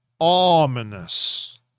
Ominous